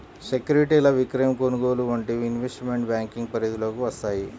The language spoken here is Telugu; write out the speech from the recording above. సెక్యూరిటీల విక్రయం, కొనుగోలు వంటివి ఇన్వెస్ట్మెంట్ బ్యేంకింగ్ పరిధిలోకి వత్తయ్యి